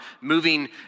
moving